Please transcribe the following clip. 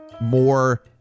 more